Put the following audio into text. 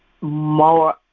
More